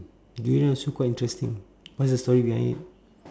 durian also quite interesting what's the story behind it